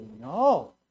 no